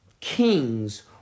kings